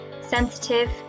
sensitive